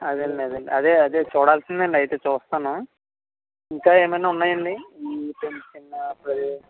అదే అండి అదే అండి అదే అదే చూడాల్సింది అండి అయితే చూస్తాను ఇంకా ఏమన్న ఉన్నాయా అండి మీకు తెలిసిన ప్రదే